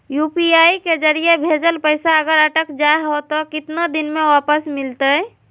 UPI के जरिए भजेल पैसा अगर अटक जा है तो कितना दिन में वापस मिलते?